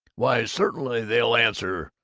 why certainly they'll answer.